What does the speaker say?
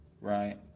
right